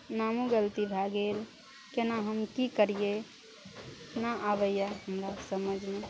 नामो गलती भए गेल केना हम की करियै ना आबैया हमरा समझमे